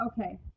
Okay